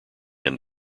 end